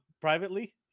privately